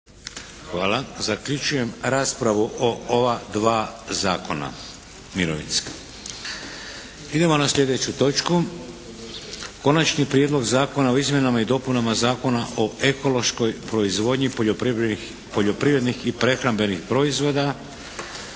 lijepa. Zaključujem raspravu o ovoj točci dnevnog reda. **Šeks, Vladimir (HDZ)** Konačni prijedlog zakona o izmjenama i dopunama Zakona o ekološkoj proizvodnji poljoprivrednih i prehrambenih proizvoda.